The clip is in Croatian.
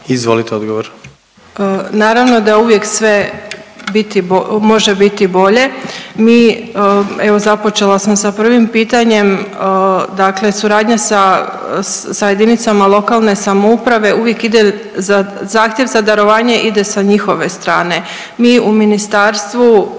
uvijek sve biti .../nerazumljivo/... može biti bolje, mi evo započela sam sa prvim pitanjem, dakle suradnja sa jedinicama lokalne samouprave uvijek ide, zahtjev za darovanje ide sa njihove strane. Mi u ministarstvu